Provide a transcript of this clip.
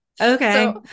Okay